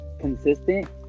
consistent